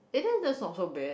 eh then that's not so bad